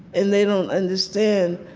and they don't understand,